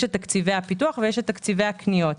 יש תקציבי הפיתוח ויש תקציבי הקניות.